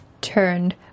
turned